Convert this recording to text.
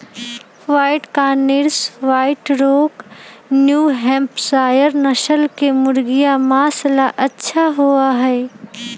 white Cornish, white rock, New Hampshire नस्ल के मुर्गियन माँस ला अच्छा होबा हई